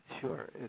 Sure